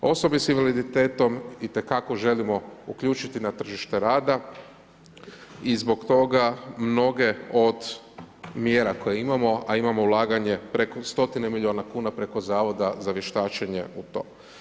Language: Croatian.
Osobe sa invaliditetom itekako želimo uključiti na tržite rada i zbog toga mnoge od mjera koje imamo a imamo ulaganje preko, stotine milijuna kuna preko Zavoda za vještačenje u to.